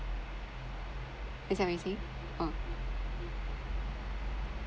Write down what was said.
that's what we see orh